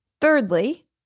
Thirdly